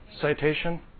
citation